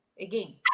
Again